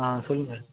ஆ சொல்லுங்கள் சார்